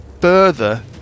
further